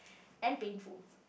and painful